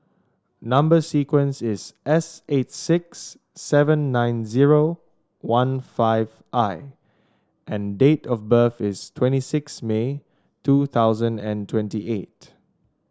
number sequence is S eight six seven nine zero one five I and date of birth is twenty six May two thousand and twenty eight